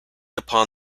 upon